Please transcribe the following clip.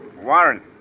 Warren